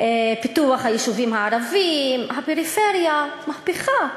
פיתוח היישובים הערביים, הפריפריה, מהפכה.